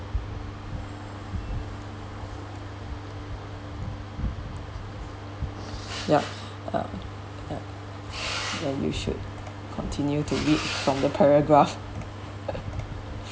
yup uh yup you should continue to read from the paragraph